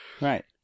Right